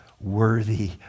worthy